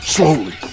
Slowly